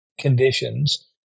conditions